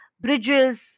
bridges